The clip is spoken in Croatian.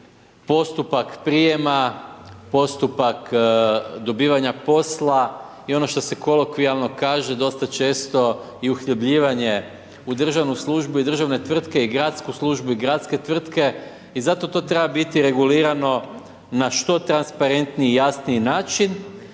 postupak prijema, postupak dobivanja posla i ono što se kolokvijalno kaže dosta često i uhljebljivanje u državnu službu i državne tvrtke i gradsku službu i gradske tvrtke i zato to treba biti regulirano na što transparentniji i jasniji način